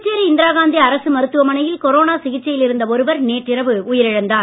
புதுச்சேரி இந்திரா காந்தி அரசு மருத்துவமனையில் கொரோனா சிகிச்சையில் இருந்த ஒருவர் நேற்று இரவு உயிர் இழந்தார்